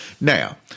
Now